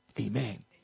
Amen